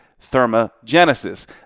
thermogenesis